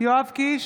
יואב קיש,